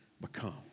become